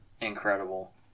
incredible